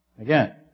Again